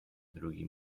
drugi